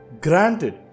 Granted